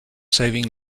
saving